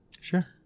Sure